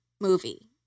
movie